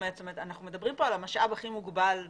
אנחנו מדברים כאן על המשאב הכי מוגבל בחופים.